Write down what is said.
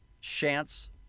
Chance